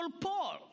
Paul